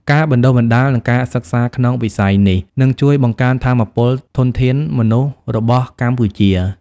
ការបណ្តុះបណ្តាល និងការសិក្សាក្នុងវិស័យនេះ នឹងជួយបង្កើនគុណភាពធនធានមនុស្សរបស់កម្ពុជា។